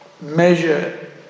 measure